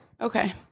Okay